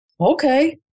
okay